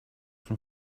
from